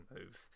move